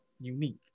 Unique